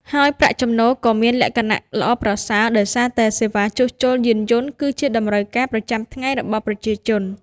ហើយប្រាក់ចំណូលក៏មានលក្ខណៈល្អប្រសើរដោយសារតែសេវាជួសជុលយានយន្តគឺជាតម្រូវការប្រចាំថ្ងៃរបស់ប្រជាជន។